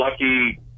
lucky